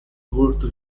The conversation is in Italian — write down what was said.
volto